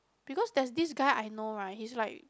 because there's this guy I know right he's like